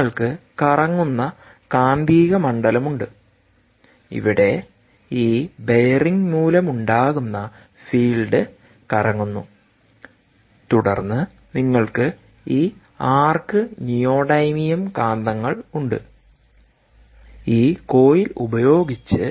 നിങ്ങൾക്ക് കറങ്ങുന്ന കാന്തികമണ്ഡലമുണ്ട് ഇവിടെ ഈ ബെയറിംഗ് മൂലമുണ്ടാകുന്ന ഫീൽഡ് കറങ്ങുന്നു തുടർന്ന് നിങ്ങൾക്ക് ഈ ആർക്ക് നിയോഡീമിയം കാന്തങ്ങൾ ഉണ്ട് ഈ കോയിൽ ഉപയോഗിച്ച്